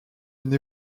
une